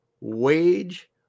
Wage